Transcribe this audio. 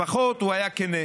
לפחות הוא היה כן.